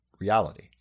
reality